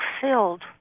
filled